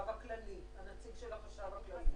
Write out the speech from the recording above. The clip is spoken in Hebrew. הנציג של החשב הכללי.